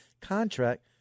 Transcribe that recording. contract